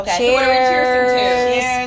Cheers